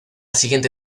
siguiente